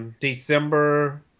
December